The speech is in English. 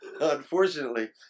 unfortunately